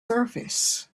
surface